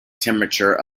temperature